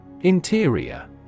Interior